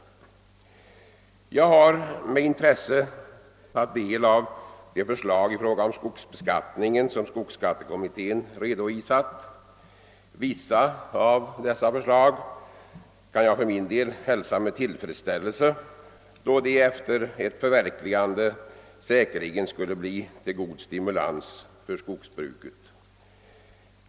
Jag har med intresse tagit del av de förslag i fråga om skogsbeskattningen, som skogsskattekommittén redovisat. Vissa av dessa förslag kan jag för min del hälsa med tillfredsställelse, eftersom ett förverkligande av dem säkerligen skulle bli till god stimulans för skogsbruket.